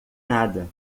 nada